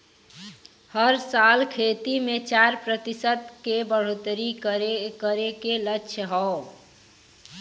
हर साल खेती मे चार प्रतिशत के बढ़ोतरी करे के लक्ष्य हौ